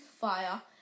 fire